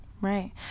Right